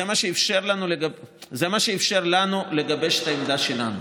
זה מה שאפשר לנו לגבש את העמדה שלנו.